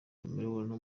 chameleone